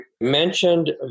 mentioned